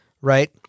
right